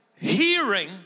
hearing